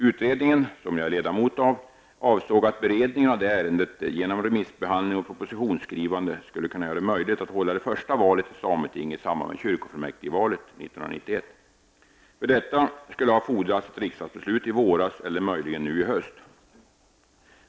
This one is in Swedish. Utredningen, som jag är ledamot av, avsåg att beredningen av detta ärende genom remissbehandling och propositionsskrivande skulle göra det möjligt att hålla det första valet till sameting i samband med kyrkofullmäktigevalet 1991. För detta skulle ha fordrats ett riksdagsbeslut i våras eller möjligen nu i höst.